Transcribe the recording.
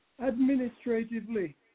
administratively